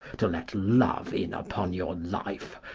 to let love in upon your life,